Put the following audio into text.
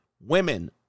women